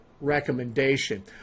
recommendation